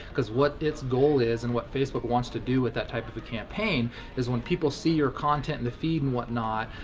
cause what it's goal is and what facebook wants to do with that type of a campaign is when people see your content in the feed and whatnot,